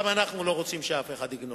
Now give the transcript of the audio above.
גם אנחנו לא רוצים שאף אחד יגנוב,